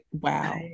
Wow